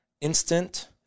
instant